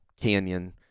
Canyon